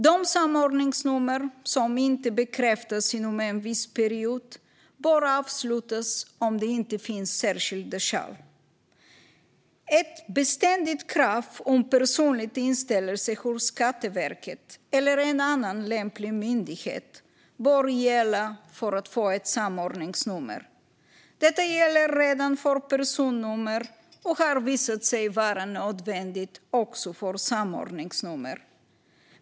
De samordningsnummer som inte bekräftas inom en viss period bör avslutas om det inte finns särskilda skäl. Ett beständigt krav på personlig inställelse hos Skatteverket eller annan lämplig myndighet bör gälla för att få ett samordningsnummer. Detta gäller redan för personnummer och har visat sig vara nödvändigt också för samordningsnummer.